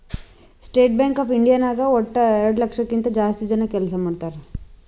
state Bank of India ನಾಗ್ ವಟ್ಟ ಎರಡು ಲಕ್ಷದ್ ಕಿಂತಾ ಜಾಸ್ತಿ ಜನ ಕೆಲ್ಸಾ ಮಾಡ್ತಾರ್